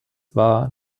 wahr